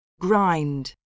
Grind